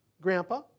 grandpa